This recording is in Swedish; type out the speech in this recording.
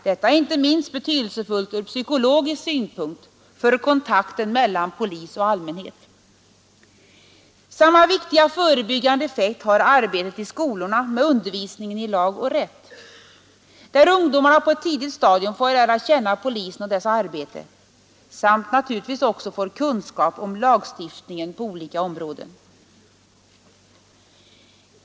Detta är inte minst viktigt från psykologisk synpunkt för kontakten mellan polis och allmänhet. Samma viktiga förebyggande effekt har arbetet i skolorna med undervisning i ”lag och rätt”, där ungdomarna på ett tidigt stadium får lära känna polisen och dess arbete samt naturligtvis också erhåller kunskap om lagstiftningen på olika områden.